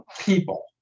people